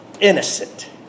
innocent